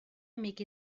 amic